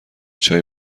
چای